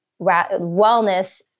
wellness